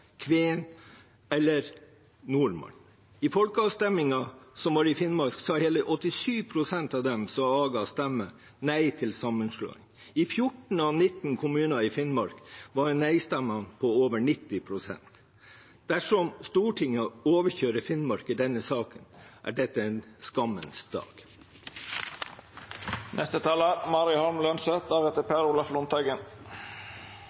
eller nordmann. I folkeavstemningen som var i Finnmark, sa hele 87 pst. av dem som avga stemme, nei til sammenslåing. I 14 av 19 kommuner i Finnmark var nei-stemmene på over 90 pst. Dersom Stortinget overkjører Finnmark i denne saken, er dette en skammens